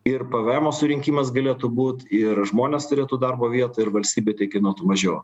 ir pėvėemo surinkimas galėtų būt ir žmonės turėtų darbo vietą ir valstybei tai kainuotų mažiau